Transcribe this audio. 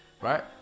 Right